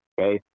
okay